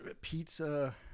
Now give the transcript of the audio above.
Pizza